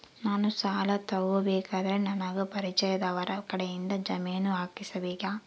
ನಾನು ಸಾಲ ತಗೋಬೇಕಾದರೆ ನನಗ ಪರಿಚಯದವರ ಕಡೆಯಿಂದ ಜಾಮೇನು ಹಾಕಿಸಬೇಕಾ?